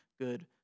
good